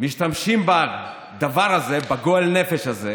משתמשים בדבר הזה, בגועל נפש הזה,